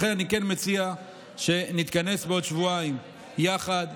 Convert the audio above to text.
לכן אני כן מציע שנתכנס בעוד שבועיים יחד.